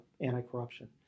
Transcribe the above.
anti-corruption